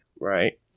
Right